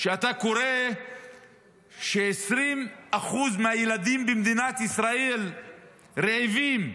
שאתה קורא ש-20% מהילדים במדינת ישראל רעבים.